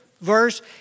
verse